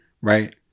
right